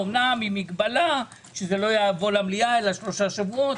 אמנם עם מגבלה שזה לא יבוא למליאה אלא שלושה שבועות.